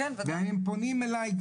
שהם גם פונים אליי,